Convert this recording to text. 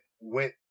went